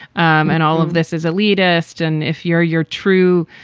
um and all of this is elitist. and if you're you're true,